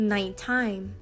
Nighttime